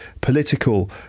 political